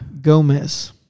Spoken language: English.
Gomez